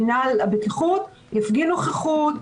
מינהל הבטיחות יפגין נוכחות,